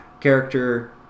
Character